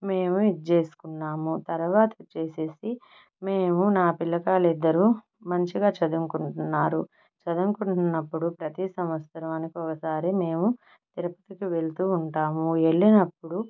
మేము ఇది చేసుకున్నాము తర్వాత వచ్చేసేసి మేము నా పిల్లకాయలు ఇద్దరూ మంచిగా చదువుకుంటున్నారు చదువుకుంటున్నప్పుడు ప్రతీ సంవత్సరానికి ఒకసారి మేము తిరుపతికి వెళ్తూ ఉంటాము వెళ్ళినప్పుడు